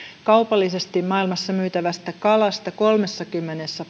kaupallisesti maailmassa myytävästä kalasta kolmellakymmenellä